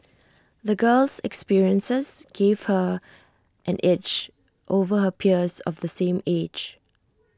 the girl's experiences gave her an edge over her peers of the same age